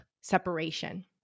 separation